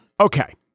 Okay